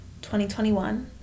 2021